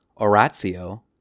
oratio